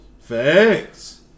Facts